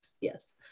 Yes